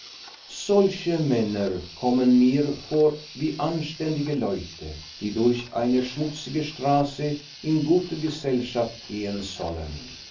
solche männer kommen mir vor wie anständige leute die durch eine schmutzige straße in gute gesellschaft gehen sollen